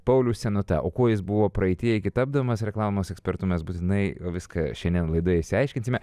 paulius senūta o kuo jis buvo praeityje iki tapdamas reklamos ekspertu mes būtinai viską šiandien laidoje išsiaiškinsime